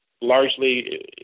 Largely